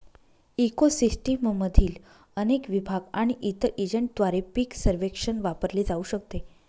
eco सिस्टीममधील अनेक विभाग आणि इतर एजंटद्वारे पीक सर्वेक्षण वापरले जाऊ शकते